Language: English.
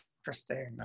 interesting